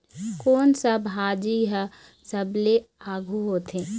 कोन सा भाजी हा सबले आघु होथे?